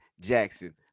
Jackson